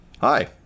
hi